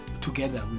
together